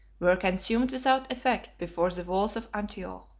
were consumed without effect before the walls of antioch.